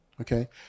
okay